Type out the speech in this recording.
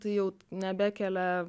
tai jau nebekelia